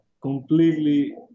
completely